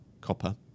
copper